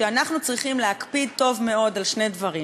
שאנחנו צריכים להקפיד היטב על שני דברים,